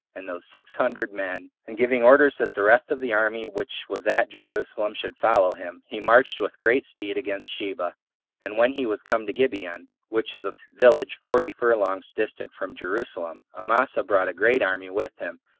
and those six hundred men, and giving orders that the rest of the army which was at jerusalem should follow him, he marched with great speed against sheba and when he was come to gibeon, which is a village forty furlongs distant from jerusalem, amasa brought a great army with him,